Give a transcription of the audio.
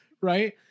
right